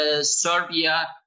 Serbia